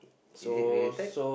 is it related